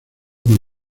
con